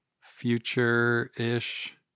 future-ish